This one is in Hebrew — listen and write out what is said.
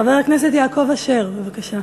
חבר הכנסת יעקב אשר, בבקשה.